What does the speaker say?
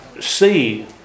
see